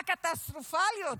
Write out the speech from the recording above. הקטסטרופליות,